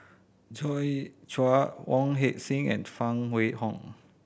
Joi Chua Wong Heck Sing and Phan Wait Hong